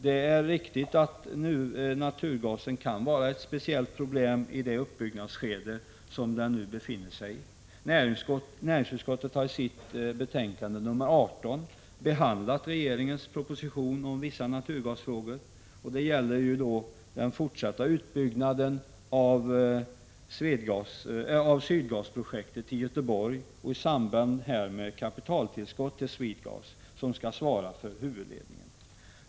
Det är riktigt att naturgasen kan vara ett speciellt problem i det pågående uppbyggnadsskedet. Utskottet har i sitt betänkande nr 18 behandlat regeringens proposition om vissa naturgasfrågor. Det gäller då den fortsatta utbyggnaden av Sydgasprojektet i Göteborg och i samband härmed kapitaltillskott till Swedegas AB, som skall svara för huvudledningen.